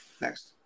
Next